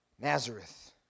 Nazareth